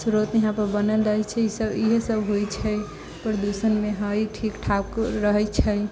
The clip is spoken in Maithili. श्रोत यहाँपर बनल रहैत छै ईसभ इएह सभ होइत छै प्रदूषणमे हइ ठीक ठाक रहैत छै